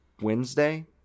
Wednesday